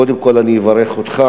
קודם כול אני אברך אותך.